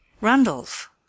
Randolph